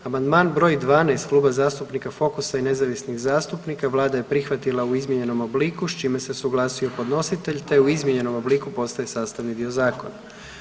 Amandman br. 12 Kluba zastupnika Fokusa i nezavisnih zastupnika Vlada je prihvatila u izmijenjenom obliku, s čime se suglasio podnositelj te u izmijenjenom obliku postaje sastavni dio zakona.